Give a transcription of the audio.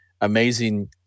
amazing